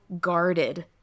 guarded